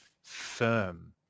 firm